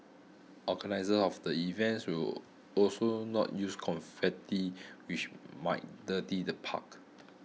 organisers of the events will also not use confetti which might dirty the park